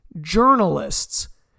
journalists